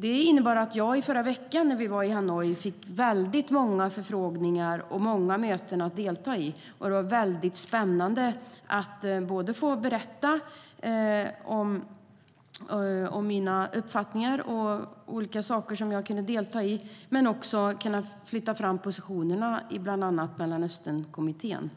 Det innebar att jag fick många förfrågningar och deltog i många möten när vi var i Hanoi i förra veckan. Det var spännande att få berätta om mina uppfattningar, att delta i olika saker och att dessutom flytta fram positionerna i bland annat Mellanösternkommittén.